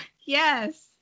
Yes